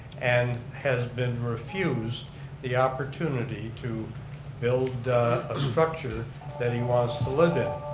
and has been refused the opportunity to build a structure that he wants to live in,